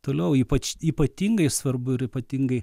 toliau ypač ypatingai svarbu ir ypatingai